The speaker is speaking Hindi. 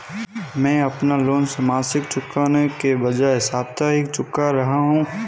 मैं अपना लोन मासिक चुकाने के बजाए साप्ताहिक चुका रहा हूँ